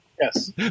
yes